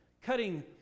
cutting